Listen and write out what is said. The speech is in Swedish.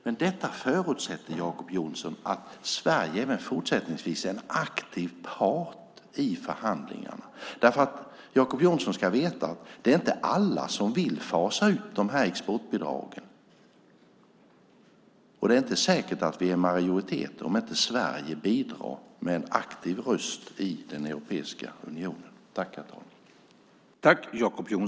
Men detta förutsätter, Jacob Johnson, att Sverige även fortsättningsvis är en aktiv part i förhandlingarna. Jacob Johnson ska veta att det inte är alla som vill fasa ut exportbidragen, och det är inte säkert att vi är i majoritet om inte Sverige bidrar med en aktiv röst i Europeiska unionen.